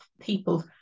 people